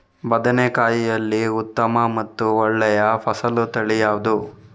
ಬದನೆಕಾಯಿಯಲ್ಲಿ ಉತ್ತಮ ಮತ್ತು ಒಳ್ಳೆಯ ಫಸಲು ತಳಿ ಯಾವ್ದು?